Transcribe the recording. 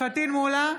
פטין מולא,